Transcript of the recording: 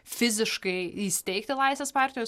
fiziškai įsteigti laisvės partijos